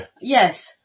Yes